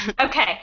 Okay